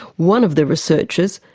one of the researchers,